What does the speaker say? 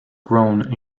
grown